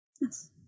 Yes